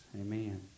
Amen